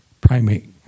primate